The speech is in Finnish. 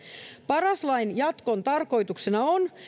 paras lain jatkon tarkoituksena on